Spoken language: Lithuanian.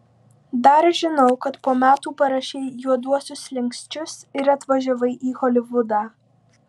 dar žinau kad po metų parašei juoduosius slenksčius ir atvažiavai į holivudą